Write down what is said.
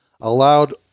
allowed